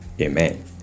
Amen